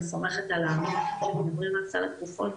אני סומכת על אלה שקובעים את סל התרופות,